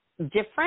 different